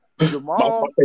Jamal